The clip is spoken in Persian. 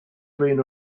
بین